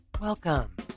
Welcome